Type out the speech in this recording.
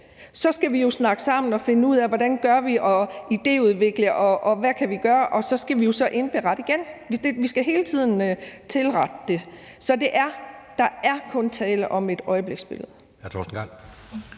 Så skal vi jo snakke sammen og finde ud af, hvordan vi gør, og idéudvikle og se på, hvad vi kan gøre. Og så skal vi jo så indberette igen. Vi skal hele tiden tilrette det, så der er kun tale om et øjebliksbillede.